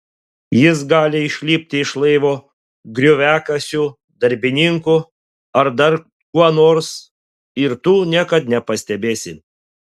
jis gali išlipti iš laivo grioviakasiu darbininku ar dar kuo nors ir tu niekad nepastebėsi